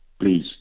please